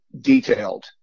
detailed